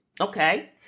Okay